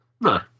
No